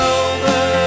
over